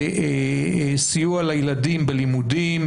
בסיוע לילדים בלימודים,